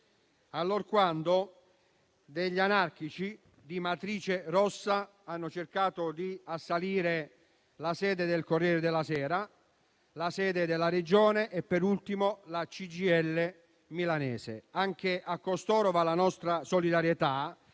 allorquando degli anarchici di matrice rossa hanno cercato di assalire la sede del "Corriere della Sera", la sede della Regione e per ultimo la CGIL milanese. Anche a costoro va la nostra solidarietà,